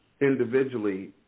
individually